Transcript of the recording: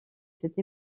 cette